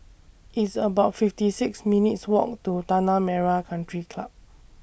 It's about fifty six minutes' Walk to Tanah Merah Country Club